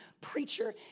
preacher